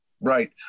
Right